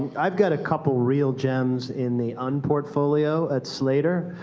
i've got a couple real gems in the un-portfolio at slater,